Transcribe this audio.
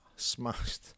smashed